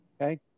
okay